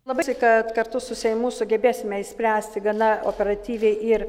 labai kad kartu su seimu sugebėsime išspręsti gana operatyviai ir